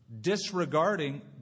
disregarding